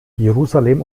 jerusalem